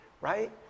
right